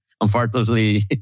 unfortunately